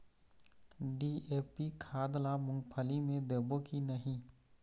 DAP खाद ला मुंगफली मे देबो की नहीं?